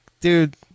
dude